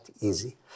easy